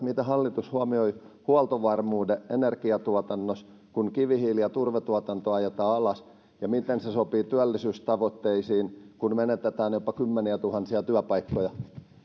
miten hallitus huomioi huoltovarmuuden energiatuotannossa kun kivihiili ja turvetuotanto ajetaan alas ja miten se sopii työllisyystavoitteisiin kun menetetään jopa kymmeniätuhansia työpaikkoja